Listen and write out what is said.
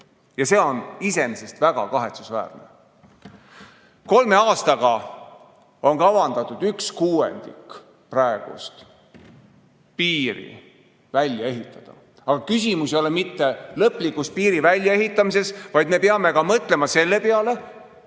Ja see on iseenesest väga kahetsusväärne. Kolme aastaga on kavandatud üks kuuendik praegusest piirist välja ehitada. Aga küsimus ei ole mitte lõplikus piiri väljaehitamises, vaid me peame mõtlema selle peale,